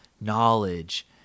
knowledge